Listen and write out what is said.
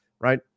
right